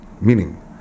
Meaning